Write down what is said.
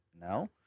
no